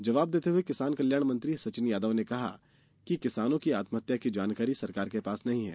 जवाब देते हुए किसान कल्याण मंत्री सचिन यादव ने कहा कि किसानों की आत्महत्या की जानकारी सरकार के पास नहीं है